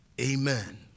Amen